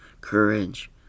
courage